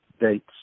Dates